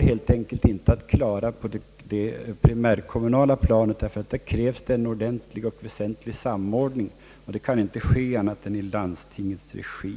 helt enkelt inte går att genomföra på det primärkommunala planet. Där kräves nämligen en ordentlig och väsentlig samordning, något som inte kan ske annat än i landstingsregi.